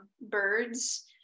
birds